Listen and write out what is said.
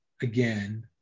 again